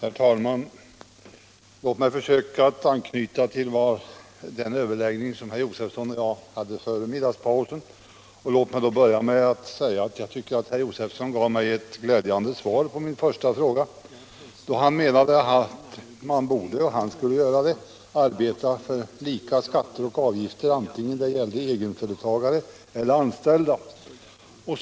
Herr talman! Låt mig försöka anknyta till den överläggning som herr Josefson och jag hade före middagspausen! Jag vill börja med att säga att herr Josefson gav ett glädjade svar på min första fråga, då han menade att man borde arbeta för lika skatter och avgifter vare sig det gällde egenföretagare eller anställda, och det skulle han göra.